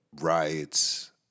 riots